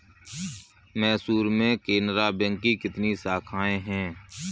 मैसूर में केनरा बैंक की कितनी शाखाएँ है?